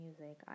music